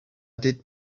did